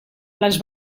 les